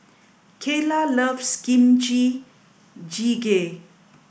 Kaela loves Kimchi Jjigae